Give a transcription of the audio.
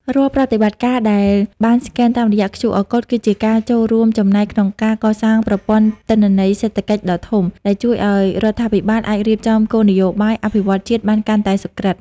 រាល់ប្រតិបត្តិការដែលបានស្កែនតាមរយៈ QR Code គឺជាការចូលរួមចំណែកក្នុងការកសាងប្រព័ន្ធទិន្នន័យសេដ្ឋកិច្ចដ៏ធំ ដែលជួយឱ្យរដ្ឋាភិបាលអាចរៀបចំគោលនយោបាយអភិវឌ្ឍន៍ជាតិបានកាន់តែសុក្រឹត។